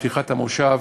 בפתיחת הכנס,